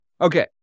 Okay